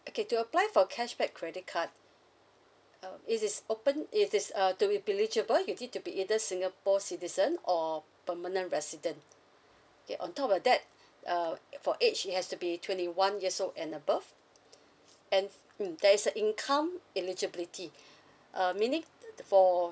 okay to apply for cashback credit card uh it is open it is uh to be eligible you need to be either singapore citizen or permanent resident okay on top of that uh for age it has to be twenty one years old and above and mm there's a income eligibility uh meaning for